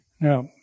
Now